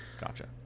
Gotcha